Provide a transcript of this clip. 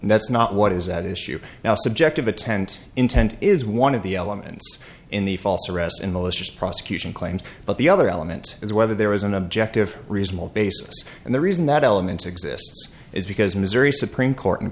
that's not what is at issue now subjective attend intent is one of the elements in the false arrest in malicious prosecution claims but the other element is whether there is an objective reasonable basis and the reason that elements exists is because missouri supreme court and